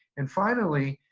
and, finally,